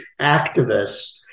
activists